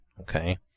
Okay